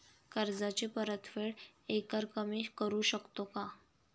कर्जाची परतफेड एकरकमी करू शकतो का?